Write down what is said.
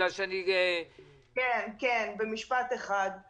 כן כן, במשפט אחד.